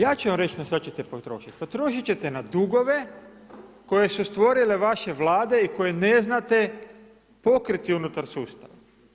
Ja ću vam reći na šta ćete potrošiti, potrošiti ćete na dugove koje su stvorile vaše Vlade i koje ne znate pokriti unutar sustava.